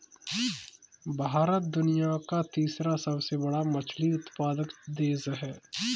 भारत दुनिया का तीसरा सबसे बड़ा मछली उत्पादक देश है